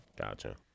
Gotcha